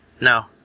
no